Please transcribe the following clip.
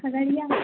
Khagaria